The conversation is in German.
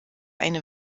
eine